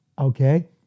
Okay